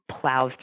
plows